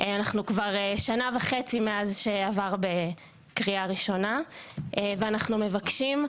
אנחנו כבר שנה וחצי מאז שהוא עבר בקריאה ראשונה ואנחנו מבקשים,